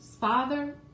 father